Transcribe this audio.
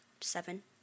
seven